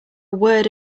word